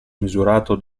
misurato